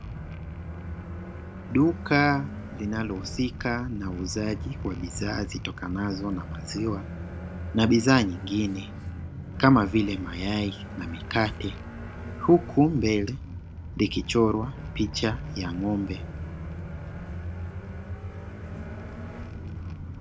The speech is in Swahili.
Duka linalohusika na uuzaji wa bidhaa zitokanazo na maziwa na bidhaa nnyingine kama vile mayai na mikate huku mbele likichorwa picha ya ng'ombe.